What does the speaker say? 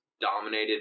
dominated